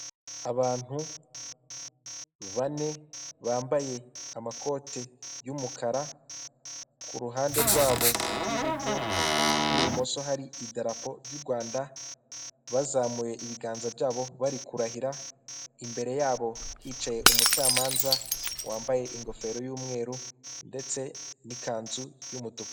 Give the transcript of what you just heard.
Abantu bane bambaye amakote y'umukara, ku ruhande rwabo rw'ibiryo n'ibumoso hari idarapo ry'Urwanda bazamuye ibiganza byabo bari kurahira, imbere yabo hicaye umucamanza wambaye ingofero y'umweru ndetse n'ikanzu y'umutuku.